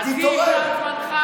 תתעורר.